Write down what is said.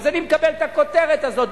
אז אני מקבל את הכותרת הזאת,